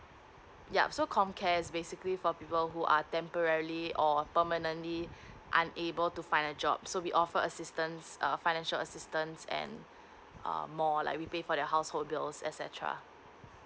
yup so C O M C A R E is basically for people who are temporarily or permanently aren't able to find a job so we offer assistance uh financial assistance and um more like we pay for the household bills et cetera